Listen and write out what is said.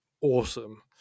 awesome